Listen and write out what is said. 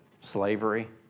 slavery